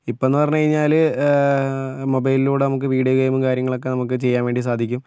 ഇപ്പം എന്ന് പറഞ്ഞു കഴിഞ്ഞാൽ മൊബൈലിലൂടെ നമുക്ക് വീഡിയോ ഗെയിമും കാര്യങ്ങളൊക്കെ നമുക്ക് ചെയ്യാൻവേണ്ടി സാധിക്കും